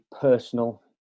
personal